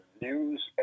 news